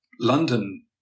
London